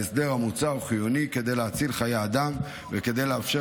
ההסדר המוצע הוא חיוני כדי להציל חיי אדם וכדי לאפשר